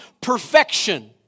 perfection